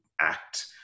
act